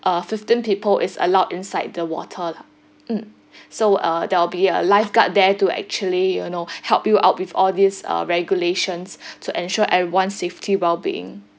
uh fifteen people is allowed inside the water lah mm so uh there will be a lifeguard there to actually you know help you out with all these uh regulations to ensure everyone's safety well being